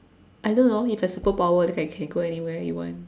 I don't know it's a superpower that I can go anywhere you want